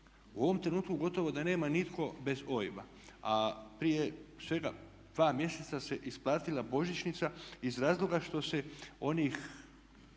U ovom trenutku gotovo da nema nitko bez OIB-a, a prije svega 2 mjeseca se isplatila božićnica iz razloga što se onih